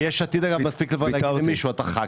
למה